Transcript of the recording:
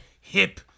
Hip